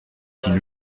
qui